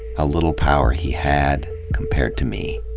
how little power he had compared to me.